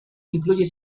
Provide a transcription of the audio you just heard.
incluye